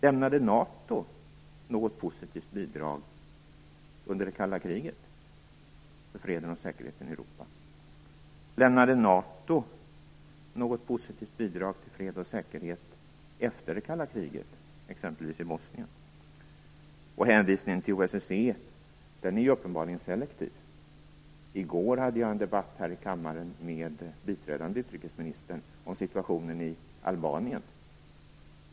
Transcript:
Lämnade NATO något positivt bidrag för freden och säkerheten i Europa under det kalla kriget? Lämnade NATO något positivt bidrag till fred och säkerhet efter det kalla kriget, exempelvis i Bosnien? Hänvisningen till OSSE är uppenbarligen selektiv. I går hade jag en debatt här i kammaren med biträdande utrikesministern om situationen i Albanien.